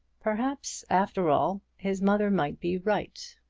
perhaps, after all, his mother might be right.